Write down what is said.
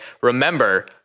Remember